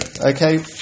Okay